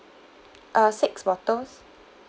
uh six bottles